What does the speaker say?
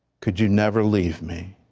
could you never leave me?